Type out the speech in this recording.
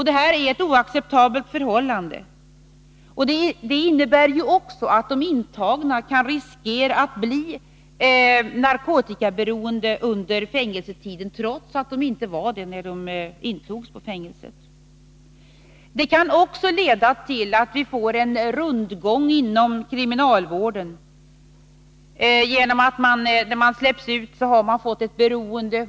Detta är ett oacceptabelt förhållande. Det innebär också att de intagna kan riskera att bli narkotikaberoende under fängelsetiden, trots att de inte var det när de intogs på fängelset. Det kan också leda till en rundgång inom kriminalvården genom att man när man släpps ut har fått ett beroende.